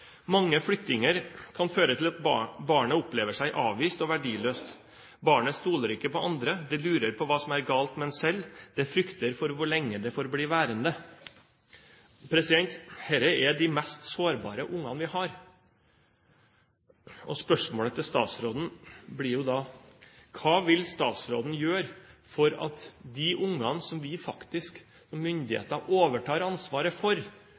flyttinger kan føre til at barnet opplever seg avvist og verdiløst. Barnet stoler ikke på andre, det lurer på hva som er galt med en selv, det frykter for hvor lenge det får bli værende.» Dette er de mest sårbare ungene vi har. Og spørsmålet til statsråden blir da: Hva vil statsråden gjøre for at de ungene som myndighetene faktisk overtar ansvaret for,